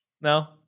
No